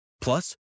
Plus